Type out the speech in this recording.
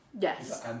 Yes